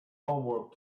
homework